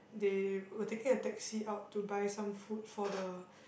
they were taking a taxi out to buy some food for the